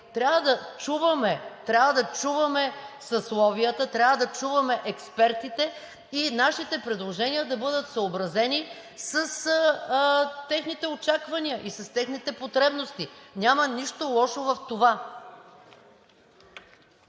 Трябва да чуваме съсловията, трябва да чуваме експертите и нашите предложения да бъдат съобразени с техните очаквания и с техните потребности. Няма нищо лошо в това.